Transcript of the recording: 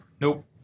Nope